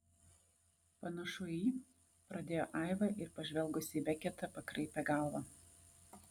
panašu į pradėjo aiva ir pažvelgusi į beketą pakraipė galvą